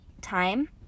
time